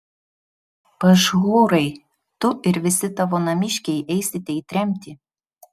pašhūrai tu ir visi tavo namiškiai eisite į tremtį